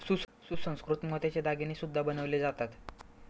सुसंस्कृत मोत्याचे दागिने सुद्धा बनवले जातात